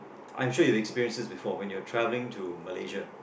I'm sure you've experienced this before when you're travelling to Malaysia